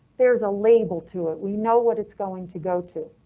there's a label to it. we know what it's going to go to.